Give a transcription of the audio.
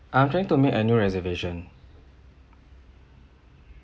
I'm trying to make a new reservation